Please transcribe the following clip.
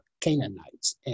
Canaanites